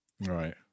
Right